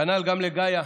כנ"ל גם לגאיה,